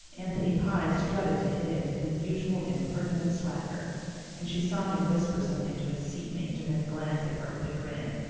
anthony pye strutted to his with his usual impertinent swagger and she saw him whisper something to his seat-mate and then glance at her with a grin.